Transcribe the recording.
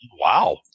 Wow